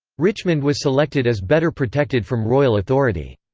richmond was selected as better protected from royal authority.